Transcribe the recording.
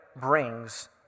brings